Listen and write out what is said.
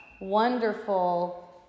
wonderful